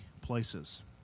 places